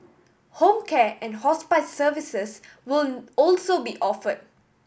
home care and hospice services will also be offer